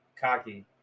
cocky